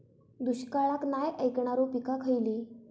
दुष्काळाक नाय ऐकणार्यो पीका खयली?